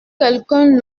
quelqu’un